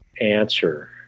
answer